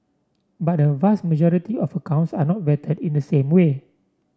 but a vast majority of accounts are not vetted in the same way